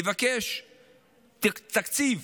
לבקש תקציב